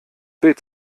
bild